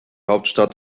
hauptstadt